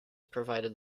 provided